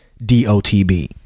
dotb